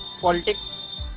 politics